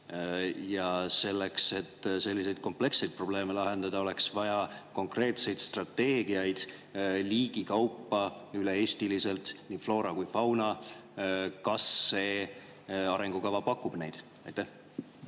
Ja selleks, et selliseid kompleksseid probleeme lahendada, oleks vaja konkreetseid strateegiaid liigi kaupa üle-eestiliselt, nii floora kui ka fauna. Kas see arengukava pakub neid? Aitäh!